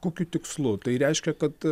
kokiu tikslu tai reiškia kad